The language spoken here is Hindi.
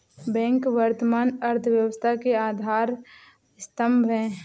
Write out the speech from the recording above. बैंक वर्तमान अर्थव्यवस्था के आधार स्तंभ है